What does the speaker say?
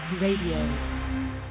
Radio